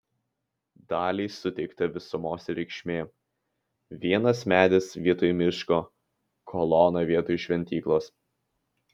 daliai suteikta visumos reikšmė vienas medis vietoj miško kolona vietoj šventyklos